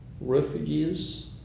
refugees